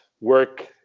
work